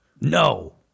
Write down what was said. No